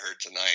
tonight